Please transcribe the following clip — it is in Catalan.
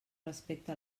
respecte